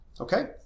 okay